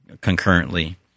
concurrently